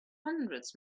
hundreds